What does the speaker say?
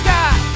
God